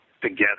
together